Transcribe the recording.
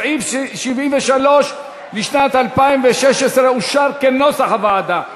סעיף 73 לשנת 2016 אושר, כנוסח הוועדה.